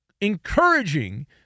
encouraging